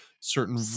certain